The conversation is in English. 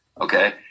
okay